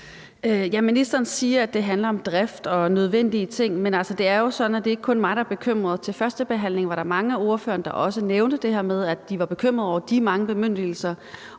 Ministeren siger, det handler om drift og nødvendige ting, men det er jo sådan, at det ikke kun er mig, der er bekymret. Under førstebehandlingen var der mange af ordførerne, også nævnte det her med, de var bekymrede over de mange bemyndigelser,